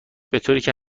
بطوریکه